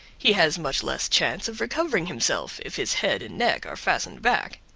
he has much less chance of recovering himself if his head and neck are fastened back.